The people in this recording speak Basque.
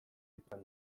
zituzten